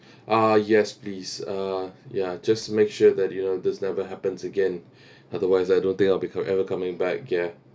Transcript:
ah yes please uh ya just to make sure that you know this never happens again otherwise I don't think I'll be com~ ever coming back ya